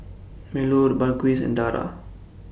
Melur Balqis and Dara